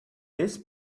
this